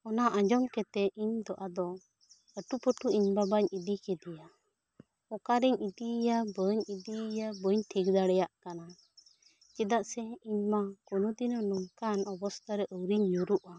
ᱚᱱᱟ ᱟᱸᱡᱚᱢ ᱠᱟᱛᱮ ᱤᱧ ᱫᱚ ᱟᱫᱚ ᱟᱹᱴᱩ ᱯᱟᱹᱴᱩ ᱤᱧ ᱵᱟᱵᱟᱭᱤᱧ ᱤᱫᱤ ᱠᱮᱫᱮᱭᱟ ᱪᱮᱫ ᱞᱮᱠᱟᱛᱮ ᱵᱟᱹᱧ ᱴᱷᱤᱠ ᱫᱟᱲᱮᱭᱟᱜ ᱠᱟᱱᱟ ᱪᱮᱫᱟᱜ ᱥᱮ ᱤᱧ ᱢᱟ ᱠᱚᱱᱚ ᱫᱤᱱ ᱦᱚᱸ ᱱᱚᱝᱠᱟᱱ ᱟᱵᱚᱥᱛᱷᱟ ᱨᱮ ᱟᱹᱣᱨᱤᱧ ᱧᱩᱨᱩᱜᱼᱟ